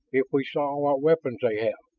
if we saw what weapons they have.